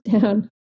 down